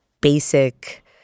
basic